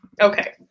Okay